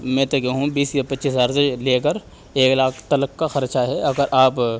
میں تو کہوں بیس یا پچیس ہزار سے لے کر ایک لاکھ تک کا خرچہ ہے اگر آپ